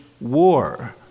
war